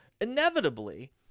inevitably